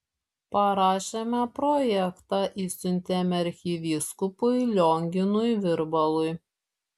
parašėme projektą išsiuntėme arkivyskupui lionginui virbalui